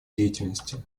деятельности